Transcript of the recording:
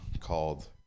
called